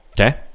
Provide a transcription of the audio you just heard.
Okay